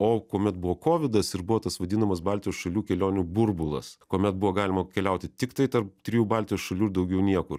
o kuomet buvo kovidas ir buvo tas vadinamas baltijos šalių kelionių burbulas kuomet buvo galima keliauti tiktai tarp trijų baltijos šalių ir daugiau niekur